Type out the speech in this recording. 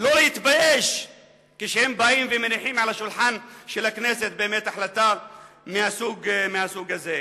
לא להתבייש כשהם באים ומניחים על שולחן הכנסת החלטה מהסוג הזה?